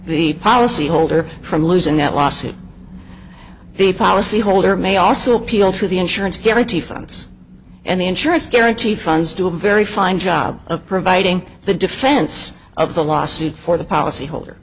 the policyholder from losing that lawsuit the policyholder may also appeal to the insurance guarantee funds and the insurance guarantee funds to a very fine job of providing the defense of the lawsuit for the policyholder